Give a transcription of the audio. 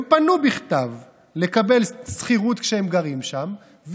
הם פנו בכתב לקבל שכירות כשהם גרים שם,